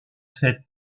cette